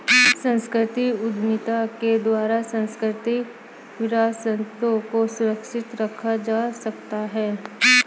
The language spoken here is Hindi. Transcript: सांस्कृतिक उद्यमिता के द्वारा सांस्कृतिक विरासतों को सुरक्षित रखा जा सकता है